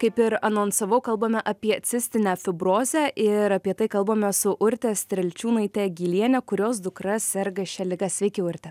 kaip ir anonsavau kalbame apie cistinę fibrozę ir apie tai kalbamės su urte strelčiūnaite gyliene kurios dukra serga šia liga sveiki urte